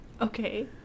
Okay